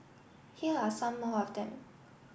here are some more of them